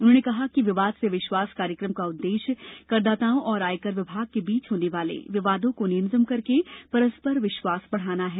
उन्होंने कहा कि विवाद से विश्वास कार्यक्रम का उद्देश्य करदाताओं और आयकर विभाग के बीच होने वाले विवादों को न्यूनतम करके परस्पर विश्वास बढ़ाना है